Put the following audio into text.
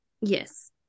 Yes